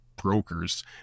Brokers